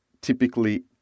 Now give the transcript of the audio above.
typically